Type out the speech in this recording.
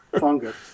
fungus